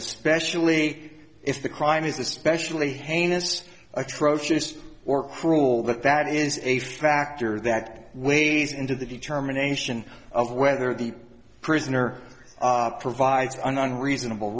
especially if the crime is especially heinous atrocious or cruel that that is a factor that weighs into the determination of whether the prisoner provides an unreasonable